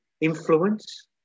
influence